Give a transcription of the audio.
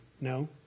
No